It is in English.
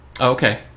okay